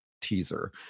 teaser